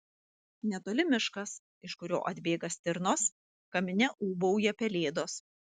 netoli miškas iš kurio atbėga stirnos kamine ūbauja pelėdos